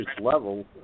level